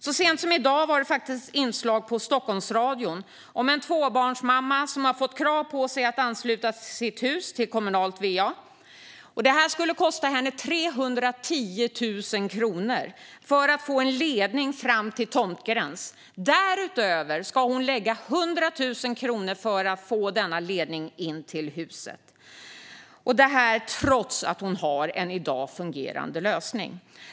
Så sent som i dag var det ett inslag i Stockolmsradion om en tvåbarnsmamma som har fått krav på sig att ansluta sitt hus till kommunalt va. Det skulle kosta henne 310 000 kronor att få en ledning fram till tomtgränsen och ytterligare 100 000 kronor för att få denna ledning in till huset - fastän hon i dag har en fungerande lösning.